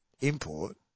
Import